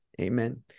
Amen